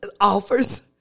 offers